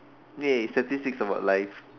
!yay! statistics about life